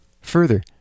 Further